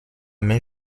mais